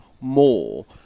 more